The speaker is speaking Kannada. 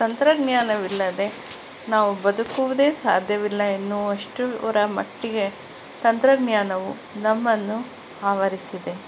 ತಂತ್ರಜ್ಞಾನವಿಲ್ಲದೆ ನಾವು ಬದುಕುವುದೇ ಸಾಧ್ಯವಿಲ್ಲ ಎನ್ನುವಷ್ಟರ ಮಟ್ಟಿಗೆ ತಂತ್ರಜ್ಞಾನವು ನಮ್ಮನ್ನು ಆವರಿಸಿದೆ